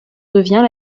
devient